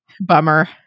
bummer